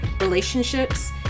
Relationships